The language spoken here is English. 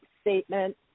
statement